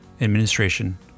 administration